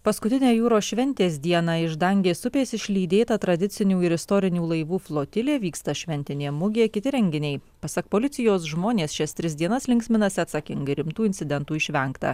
paskutinę jūros šventės dieną iš dangės upės išlydėta tradicinių ir istorinių laivų flotilė vyksta šventinė mugė kiti renginiai pasak policijos žmonės šias tris dienas linksminasi atsakingai rimtų incidentų išvengta